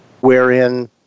wherein